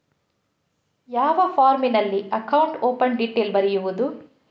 ಯಾವ ಫಾರ್ಮಿನಲ್ಲಿ account open detail ಬರೆಯುವುದು?